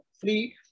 free